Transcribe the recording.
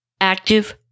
active